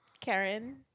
Karen